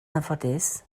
anffodus